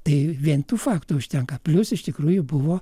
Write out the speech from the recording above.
tai vien tų faktų užtenka plius iš tikrųjų buvo